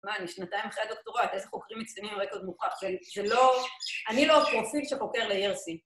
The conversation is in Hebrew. ‫מה, אני שנתיים אחרי הדוקטורט, ‫איזה חוקרים מצטיינים עם רקוד מוכר. ‫זה לא... ‫אני לא הפרופיל שחוקר לירסי.